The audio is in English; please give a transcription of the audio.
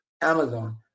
Amazon